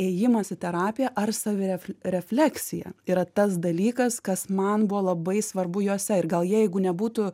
ėjimas į terapiją ar savire refleksija yra tas dalykas kas man buvo labai svarbu jose ir gal jeigu nebūtų